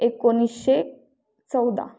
एकोणीसशे चौदा